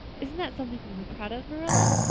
isn't that something to be proud of, marilla?